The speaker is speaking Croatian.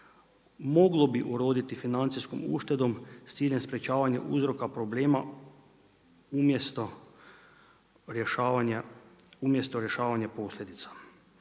moglo bi uroditi financijskom uštedom s ciljem sprečavanja uzroka problema umjesto rješavanja posljedica.